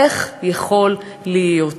איך יכול להיות?